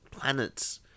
planets